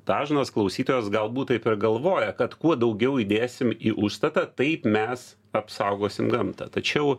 dažnas klausytojas galbūt taip ir galvoja kad kuo daugiau įdėsim į užstatą taip mes apsaugosim gamtą tačiau